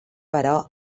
però